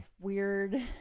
weird